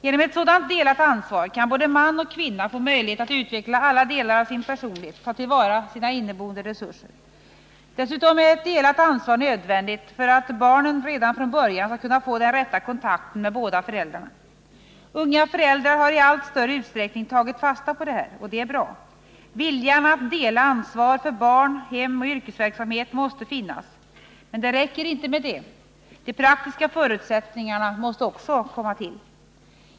Genom ett sådant delat ansvar kan både man och kvinna få möjlighet att utveckla alla delar av sin personlighet och ta till vara sina inneboende resurser. Dessutom är delat ansvar nödvändigt för att barnen redan från början skall få den rätta kontakten med båda föräldrarna. Unga föräldrar har i allt större utsträckning tagit fasta på detta. Och det är bra. Viljan att dela ansvaret för barn, hem och yrkesverksamhet måste finnas. Men det räcker inte med det. De praktiska förutsättningarna måste också finnas.